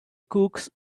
cooks